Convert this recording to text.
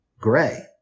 gray